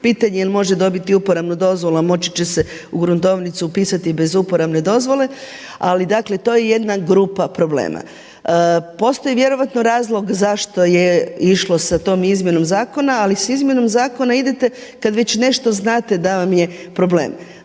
pitanje jel' može dobiti uporabnu dozvolu, a moći će se u gruntovnicu upisati bez uporabne dozvole. Ali dakle, to je jedna grupa problema. Postoji vjerojatno razlog zašto je išlo sa tom izmjenom zakona, ali sa izmjenom zakona idete kad već nešto znate da vam je problem.